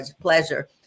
pleasure